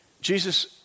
Jesus